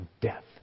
death